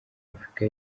afurika